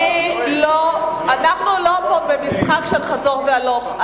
אנחנו לא במשחק של חזור והלוך.